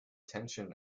tension